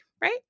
right